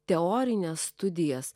teorines studijas